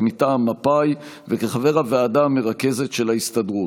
מטעם מפא"י וכחבר הוועדה המרכזת של ההסתדרות.